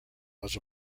was